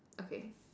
okay